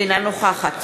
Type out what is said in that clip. אינה נוכחת